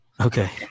Okay